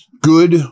good